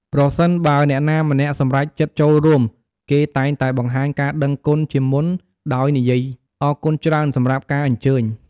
ប្រសិនបើអ្នកណាម្នាក់សម្រេចចិត្តចូលរួម គេតែងតែបង្ហាញការដឹងគុណជាមុនដោយនិយាយ "អរគុណច្រើនសម្រាប់ការអញ្ជើញ"។